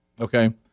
okay